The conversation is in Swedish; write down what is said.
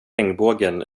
regnbågen